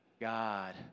God